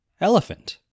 elephant